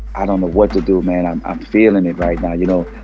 i don't know what to do, man. i'm um feeling it right now, you know?